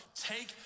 take